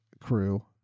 crew